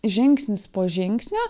žingsnis po žingsnio